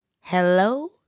Hello